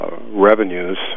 revenues